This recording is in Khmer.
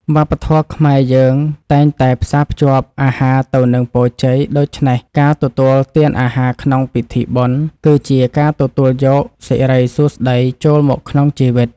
វប្បធម៌ខ្មែរយើងតែងតែផ្សារភ្ជាប់អាហារទៅនឹងពរជ័យ ដូច្នេះការទទួលទានអាហារក្នុងពិធីបុណ្យ គឺជាការទទួលយកសិរីសួស្តីចូលមកក្នុងជីវិត។